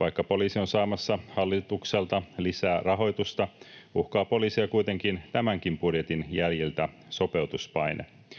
Vaikka poliisi on saamassa hallitukselta lisää rahoitusta, uhkaa poliisia kuitenkin tämänkin budjetin jäljiltä sopeutuspaine.